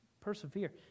persevere